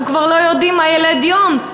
אנחנו כבר לא יודעים מה ילד יום,